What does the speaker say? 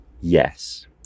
yes